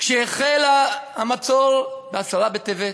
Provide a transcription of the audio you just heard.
כשהחל המצור בעשרה בטבת,